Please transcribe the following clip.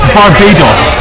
Barbados